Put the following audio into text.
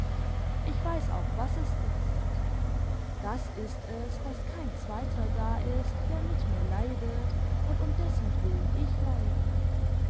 ich weiß auch was es ist das ist es daß kein zweiter da ist der mit mir leidet imd um dessentwillen ich leide